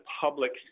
public